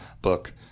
book